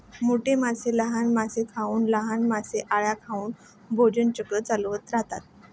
मोठे मासे लहान मासे खाऊन, लहान मासे अळ्या खाऊन भोजन चक्र चालवत राहतात